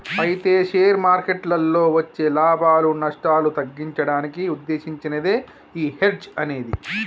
అయితే షేర్ మార్కెట్లలో వచ్చే లాభాలు నష్టాలు తగ్గించడానికి ఉద్దేశించినదే ఈ హెడ్జ్ అనేది